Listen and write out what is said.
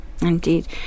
Indeed